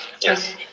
Yes